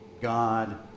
God